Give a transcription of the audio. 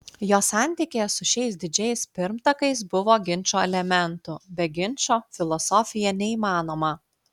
jo santykyje su šiais didžiais pirmtakais buvo ginčo elementų be ginčo filosofija neįmanoma